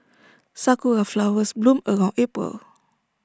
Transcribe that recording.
Sakura Flowers bloom around April